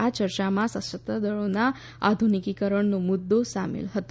આ ચર્ચામાં સશસ્ત્ર દળોના આધુનિકીકરણનો મુદ્દો સામેલ હતો